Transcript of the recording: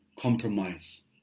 Compromise